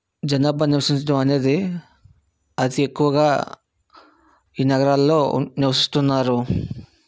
జనాభా నివసించడం అనేది అతి ఎక్కువగా ఈ నగరాల్లో నివసిస్తున్నారు